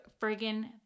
friggin